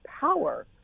power